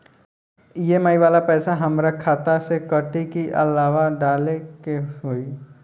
EMI वाला पैसा हाम्रा खाता से कटी की अलावा से डाले के होई?